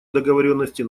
договоренности